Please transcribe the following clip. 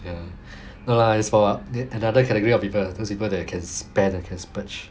ya no lah its for another category of people those people that can spare that can splurge